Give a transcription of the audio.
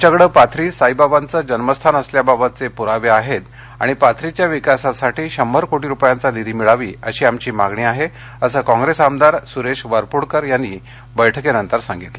आमच्याकडे पाथरी साईबाबांचं जन्मस्थान असल्याबाबतचे पुरावे आहेत आणि पाथरीच्या विकासासाठी शंभर कटी रुपयांचा निधी मिळावा अशी आमची मागणी आहे असं कॉंग्रेस आमदार सुरेश वारप्रडकर यांनी बैठकीनंतर सांगितलं